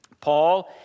Paul